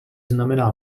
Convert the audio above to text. znamená